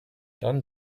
dann